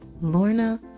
Lorna